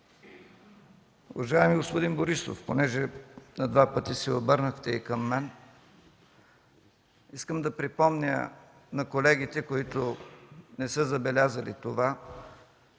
Уважаеми господин Борисов, понеже на два пъти се обърнахте и към мен, искам да припомня на колегите, които не са забелязали това,